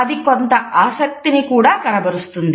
అది కొంత ఆసక్తిని కూడా కనబరుస్తుంది